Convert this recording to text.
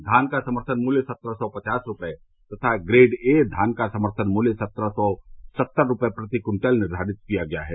धान का समर्थन मूल्य सत्रह सौ पचास रूपये तथा ग्रेड ए धान का समर्थन मूल्य सत्रह सौ सत्तर रूपये प्रति कृत्तल निर्घारित किया गया है